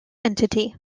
entity